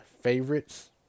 favorites